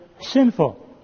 sinful